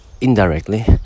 indirectly